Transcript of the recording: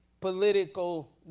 political